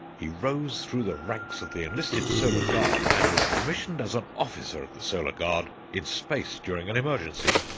he rose through the ranks of the enlisted solar guard and was commissioned as an officer of the solar guard in space during an emergency.